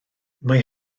mae